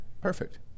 perfect